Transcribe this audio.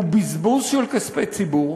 הוא בזבוז של כספי ציבור,